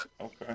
Okay